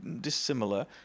dissimilar